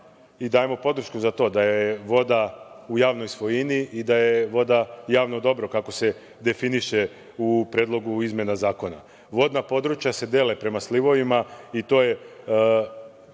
i dajemo podršku za to, da je voda u javnoj svojini i da je voda javno dobro kako se definiše u Predlogu izmena zakona. Vodna područja se dele prema slivovima i to je